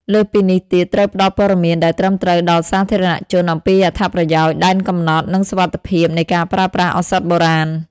លើសពីនេះទៀត ត្រូវផ្ដល់ព័ត៌មានដែលត្រឹមត្រូវដល់សាធារណជនអំពីអត្ថប្រយោជន៍ ដែនកំណត់ និងសុវត្ថិភាពនៃការប្រើប្រាស់ឱសថបុរាណ។